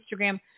Instagram